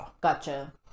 Gotcha